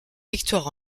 victoire